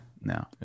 No